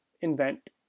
invent